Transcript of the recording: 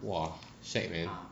!wah! shag man